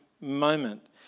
moment